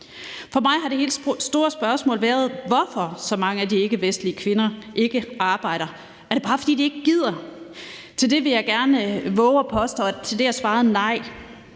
For mig har det helt store spørgsmål været, hvorfor så mange af de ikkevestlige kvinder ikke arbejder. Er det bare, fordi de ikke gider? Til det vil jeg gerne vove at påstå at svaret er nej.